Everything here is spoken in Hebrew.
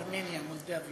ארמניה, מולדובה.